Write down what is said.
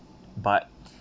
but